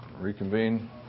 reconvene